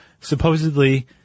supposedly